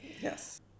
Yes